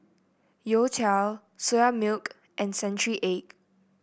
youtiao Soya Milk and Century Egg